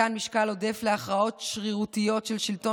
מתן משקל עודף להכרעות שרירותיות של שלטון